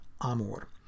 amor